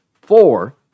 four